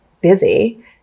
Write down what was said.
busy